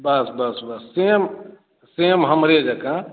बस बस बस सेम हमरे जकाँ